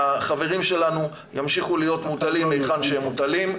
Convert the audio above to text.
והחברים שלנו ימשיכו להיות מוטלים היכן שהם מוטלים.